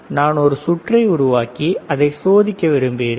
நான் ஒரு சுற்றை உருவாக்கி அதை சோதிக்க விரும்புகிறேன்